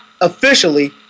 officially